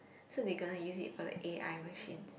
so they gonna use it got the a_i machine